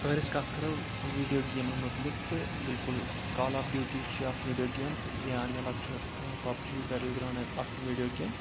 اگر أسۍ کتَھ کرَو ویٖڈیو گیمَن مُتلِق تہٕ بالکُل کال آف ڈیوٗٹی چھِ اَکھ ویٖڈیو گیم یا مےٚ لَچھ چھِ پَب جی بَیٹٕل گرٛاوُنٛڈ اکھ ویٖڈیو گیم